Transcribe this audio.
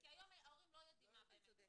כי היום ההורים לא יודעים מה באמת יש,